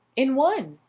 in one!